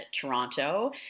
Toronto